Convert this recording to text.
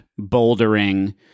bouldering